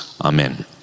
amen